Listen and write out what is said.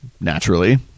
Naturally